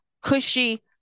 cushy